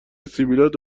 سبیلات